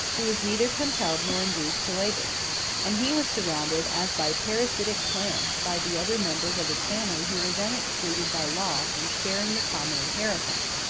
who was neither compelled nor induced to labor and he was surrounded, as by parasitic plants, by the other members of his family who were then excluded by law from sharing the common inheritance,